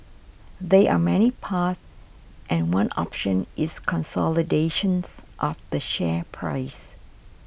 there are many paths and one option is consolidations of the share price